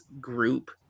group